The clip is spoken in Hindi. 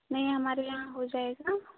नहीं हमारे यहाँ हो जायेगा